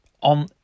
on